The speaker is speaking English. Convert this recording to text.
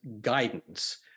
guidance